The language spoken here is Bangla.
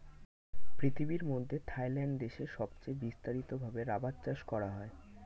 পৃথিবীর মধ্যে থাইল্যান্ড দেশে সবচে বিস্তারিত ভাবে রাবার চাষ করা হয়